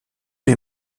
les